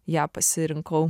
ją pasirinkau